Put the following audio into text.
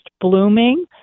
blooming